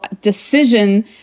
decision